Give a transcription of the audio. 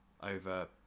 over